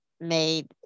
made